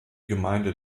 gemeinde